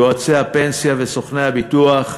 יועצי הפנסיה וסוכני הביטוח,